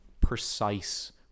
precise